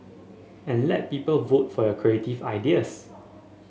and let people vote for your creative ideas